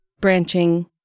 branching